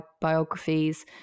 biographies